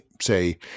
say